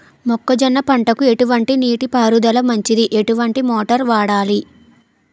మొక్కజొన్న పంటకు ఎటువంటి నీటి పారుదల మంచిది? ఎటువంటి మోటార్ వాడాలి?